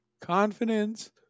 confidence